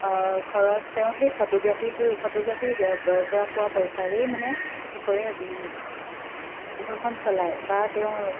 খৰচ তেওঁ সেই ফটোগ্ৰাফীটো ফটোগ্ৰাফী পৰা পোৱা পইচাৰেই মানে কি কৰে ঘৰখন চলায় বা তেওঁৰ